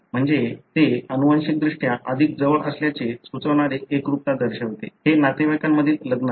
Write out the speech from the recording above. म्हणजे ते आनुवंशिकदृष्ट्या अधिक जवळ असल्याचे सुचवणारे एकरूपता दर्शवते हे नातेवाईकांमधील लग्न आहे